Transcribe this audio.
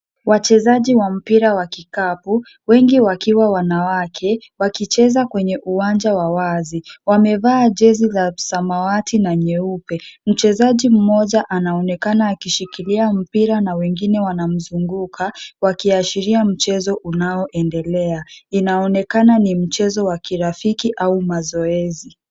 Wachezaji wa mpira wa kikapu, wengi wakiwa wanawake, wakicheza kwenye uwanja wa wazi. Wamevaa jezi za samawati na nyeupe. Mchezaji mmoja anaonekana akishikilia mpira na wengine wanamzunguka, wakiyashiria mchezo unaoendelea. Inaonekana ni mchezo wa kirafiki au mazoezi.